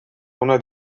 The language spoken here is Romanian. una